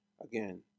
again